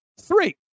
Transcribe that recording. Three